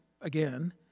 again